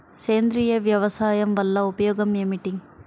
సేంద్రీయ వ్యవసాయం వల్ల ఉపయోగం ఏమిటి?